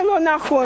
זה לא נכון.